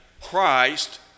Christ